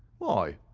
why,